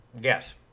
Yes